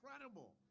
incredible